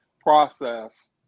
process